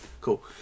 cool